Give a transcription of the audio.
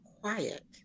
quiet